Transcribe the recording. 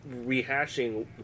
rehashing